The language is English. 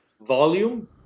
volume